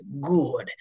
good